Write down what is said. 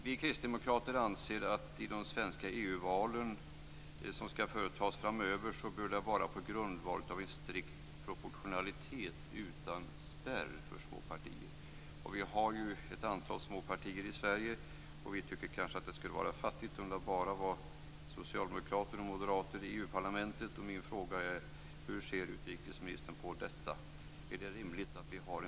Vi kristdemokrater anser att de svenska EU-val som skall företas framöver bör ske på grundval av en strikt proportionalitet utan spärr för småpartier. Vi har ett antal småpartier i Sverige, och vi tycker att det skulle vara fattigt om det var bara socialdemokrater och moderater i EU-parlamentet. Är det rimligt att vi har en strikt proportionalitet?